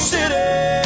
City